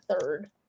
third